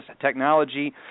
technology